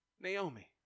Naomi